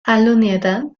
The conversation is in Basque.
aldundietan